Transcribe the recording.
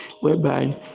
whereby